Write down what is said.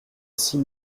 six